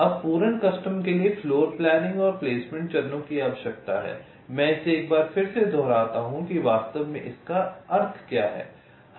अब पूर्ण कस्टम के लिए फ्लोरप्लानिंग और प्लेसमेंट चरणों की आवश्यकता है मैं इसे एक बार फिर से दोहराता हूँ कि वास्तव में इसका अर्थ क्या है